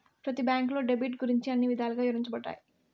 ప్రతి బ్యాంకులో డెబిట్ గురించి అన్ని విధాలుగా ఇవరించబడతాయి